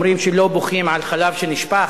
אומרים שלא בוכים על חלב שנשפך,